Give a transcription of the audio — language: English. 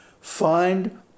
find